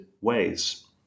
ways